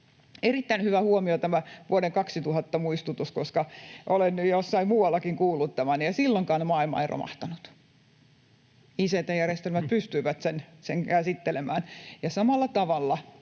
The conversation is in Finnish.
Erittäin hyvä huomio tämä vuoden 2000 muistutus, koska olen jossain muuallakin kuullut tämän: Silloinkaan maailma ei romahtanut. Ict-järjestelmät pystyivät sen käsittelemään. Samalla tavalla